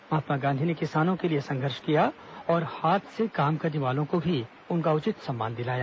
महात्मा गांधी ने किसानों के लिए संघर्ष किया और हाथ से काम करने वालों को भी उनका उचित सम्मान दिलाया